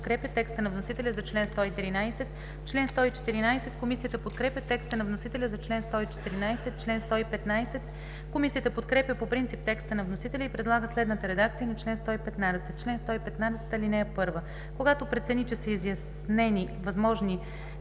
Когато прецени, че са изяснени възможните